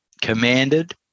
commanded